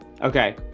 Okay